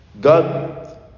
God